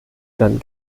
dann